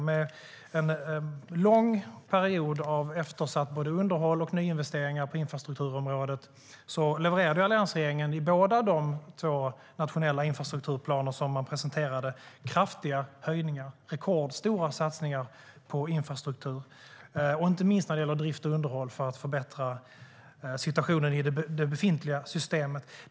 Efter en lång period då både underhåll och nyinvesteringar på infrastrukturområdet varit eftersatta levererade alliansregeringen kraftiga höjningar i båda de två nationella infrastrukturplaner som man presenterade. Det var rekordstora satsningar på infrastruktur, inte minst när det gäller drift och underhåll för att förbättra situationen i det befintliga systemet.